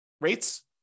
rates